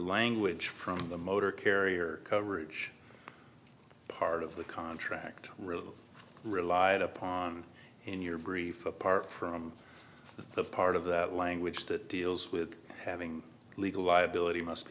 language from the motor carrier coverage part of the contract really relied upon in your brief apart from the part of that language that deals with having a legal liability must